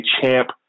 champ